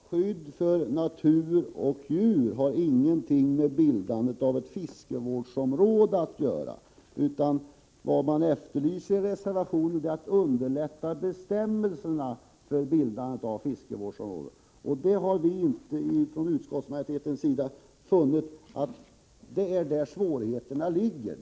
Fru talman! Skyddet för natur och djur har ingenting med bildandet av fiskevårdsområden att göra, utan vad man efterlyser i reservationen är ett underlättande av bestämmelserna för bildande av fiskevårdsområden. Från utskottsmajoriteten har vi funnit att det inte är där svårigheterna ligger.